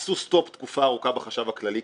עשו סטופ תקופה ארוכה בחשב הכללי,